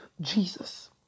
Jesus